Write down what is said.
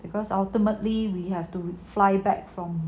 because ultimately we have to fly back from